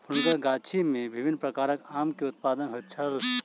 हुनकर गाछी में विभिन्न प्रकारक आम के उत्पादन होइत छल